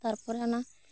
ᱛᱟᱨᱯᱚᱨᱮ ᱚᱱᱟ